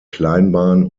kleinbahn